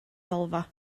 ddalfa